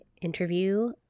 interview